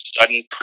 sudden